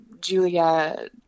Julia